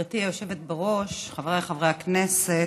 גברתי היושבת-בראש, חבריי חברי הכנסת,